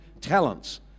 talents